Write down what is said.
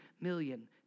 million